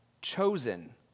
chosen